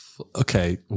Okay